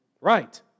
Right